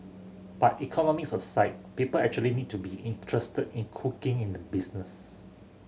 but economics aside people actually need to be interested in cooking in the business